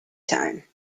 time